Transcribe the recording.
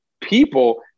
people